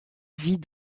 vit